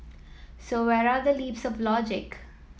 so where are the leaps of logic